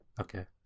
Okay